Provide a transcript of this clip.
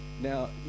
Now